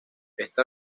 esta